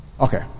Okay